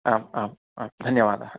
आम् आम् आम् धन्यवादाः